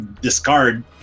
discard